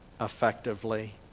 effectively